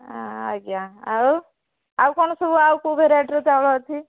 ଆଜ୍ଞା ଆଉ ଆଉ କ'ଣ ସବୁ ଆଉ କେଉଁ ଭେରାଇଟିର ଚାଉଳ ଅଛି